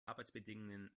arbeitsbedingungen